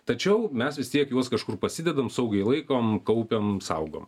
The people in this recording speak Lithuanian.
tačiau mes vis tiek juos kažkur pasidedam saugai laikom kaupiam saugom